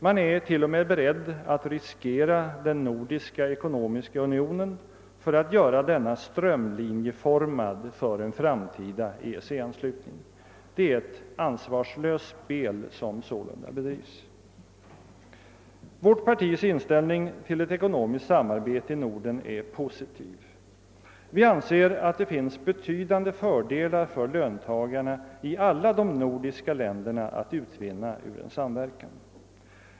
Man är till och med beredd att riskera den nordiska ekonomiska unionen för att göra denna strömlinjeformad för en framtida EEC-anslutning. Det är ett ansvarslöst spel som sålunda bedrivs. Vårt partis inställning till ett ekonomiskt samarbete i Norden är positiv. Vi anser att det finns betydande fördelar för löntagarna i alla de nordiska länderna att utvinna ur en samverkan.